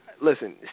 listen